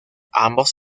ambos